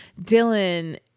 Dylan